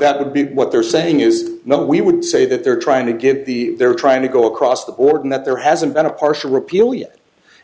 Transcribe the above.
that would be what they're saying is not we would say that they're trying to get the they're trying to go across the board and that there hasn't been a partial repeal yet